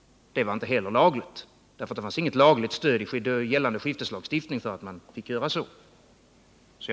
Inte heller det var lagligt, för det fanns inget stöd i gällande skifteslagstiftning för att göra så.